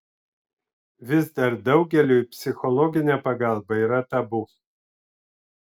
vis dar daugeliui psichologinė pagalba yra tabu